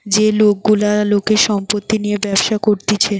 যে লোক গুলা লোকের সম্পত্তি নিয়ে ব্যবসা করতিছে